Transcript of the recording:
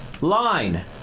Line